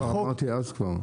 את זה אמרתי אז כבר.